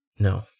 No